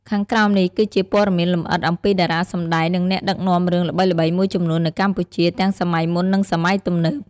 ខាងក្រោមនេះគឺជាព័ត៌មានលម្អិតអំពីតារាសម្តែង និងអ្នកដឹកនាំរឿងល្បីៗមួយចំនួននៅកម្ពុជា ទាំងសម័យមុន និងសម័យទំនើប។